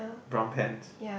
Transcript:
brown pants